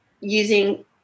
using